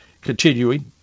Continuing